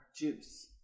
juice